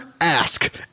ask